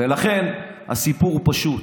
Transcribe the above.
ולכן הסיפור הוא פשוט: